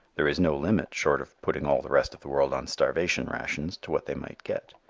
there is no limit, short of putting all the rest of the world on starvation rations, to what they might get.